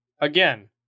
again